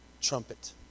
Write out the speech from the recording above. trumpet